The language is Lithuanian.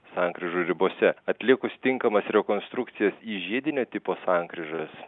sankryžų ribose atlikus tinkamas rekonstrukcijos į žiedinio tipo sankryžas